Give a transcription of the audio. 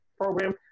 program